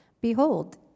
Behold